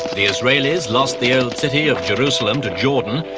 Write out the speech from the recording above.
the israelis lost the old city of jerusalem to jordan,